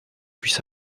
puisse